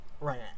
Right